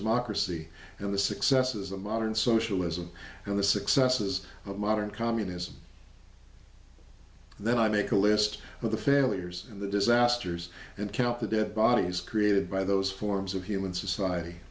democracy and the successes of modern socialism and the successes of modern communism then i make a list of the failures and the disasters and count the dead bodies created by those forms of human society